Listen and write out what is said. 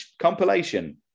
compilation